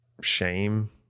shame